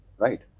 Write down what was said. Right